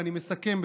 ואני מסכם,